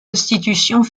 institutions